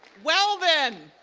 well then,